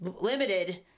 limited